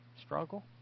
struggle